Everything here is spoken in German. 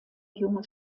junge